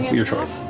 your choice.